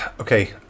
Okay